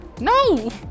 No